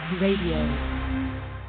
radio